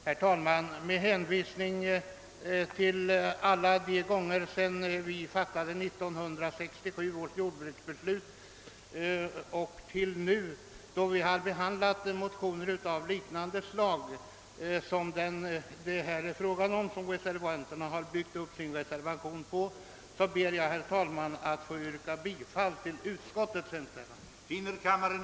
Herr talman! Med hänvisning till behandlingen av alla de motioner som väckts i denna fråga sedan vi fattat 1967 års jordbruksbeslut ber jag att få yrka bifall till utskottets hemställan.